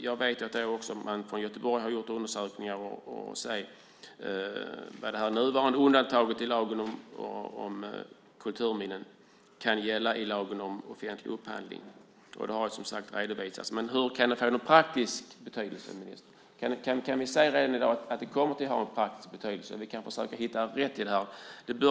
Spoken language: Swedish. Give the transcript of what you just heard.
Jag vet att man i Göteborg gjort undersökningar för att se vad det nuvarande undantaget i lagen om kulturminnen kan gälla i lagen om offentlig upphandling. Det har, som sagt, redovisats. Men hur kan det få praktisk betydelse, ministern? Kan vi redan i dag se att det kommer att ha praktisk betydelse? Vi kan väl försöka hitta rätt i detta. Tiden går.